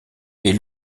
est